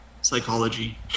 psychology